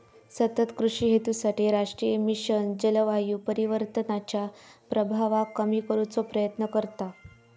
सतत कृषि हेतूसाठी राष्ट्रीय मिशन जलवायू परिवर्तनाच्या प्रभावाक कमी करुचो प्रयत्न करता